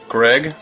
Greg